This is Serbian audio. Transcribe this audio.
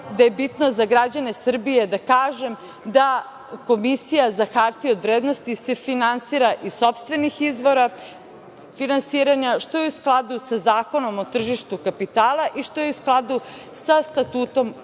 da je bitno za građane Srbije da kažem, da se Komisija za hartije od vrednosti finansira iz sopstvenih izvora finansiranja, što je u skladu sa Zakonom o tržištu kapitala i što je u skladu sa Statutom Komisije